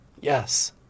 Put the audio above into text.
Yes